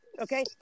Okay